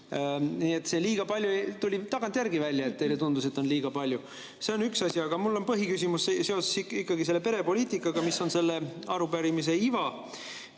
Nii et see "liiga palju" tuli tagantjärele välja, see, et teile tundus, et on liiga palju. See on üks asi. Aga minu põhiküsimus on ikkagi seoses perepoliitikaga, mis on selle arupärimise iva.